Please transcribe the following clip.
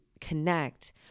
connect